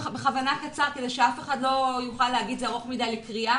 בכוונה זה דוח קצר כדי שאף אחד לא יוכל לומר שהוא ארוך מדי לקריאה.